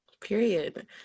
Period